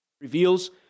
reveals